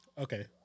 Okay